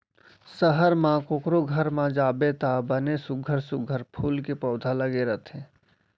सहर म कोकरो घर म जाबे त बने सुग्घर सुघ्घर फूल के पउधा लगे रथे